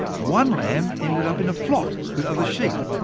one lamb ended up in a flock, with other sheep.